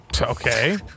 Okay